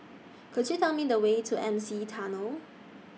Could YOU Tell Me The Way to M C E Tunnel